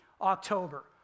October